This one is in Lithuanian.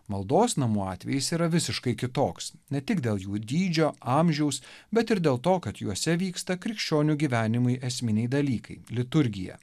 maldos namų atvejis yra visiškai kitoks ne tik dėl jų dydžio amžiaus bet ir dėl to kad juose vyksta krikščionių gyvenimui esminiai dalykai liturgija